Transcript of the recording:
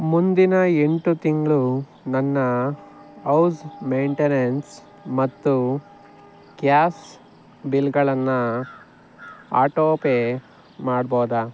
ಮುಂದಿನ ಎಂಟು ತಿಂಗಳು ನನ್ನ ಹೌಸ್ ಮೇಂಟೆನೆನ್ಸ್ ಮತ್ತು ಗ್ಯಾಸ್ ಆಟೋ ಪೇ ಮಾಡ್ಬೋದಾ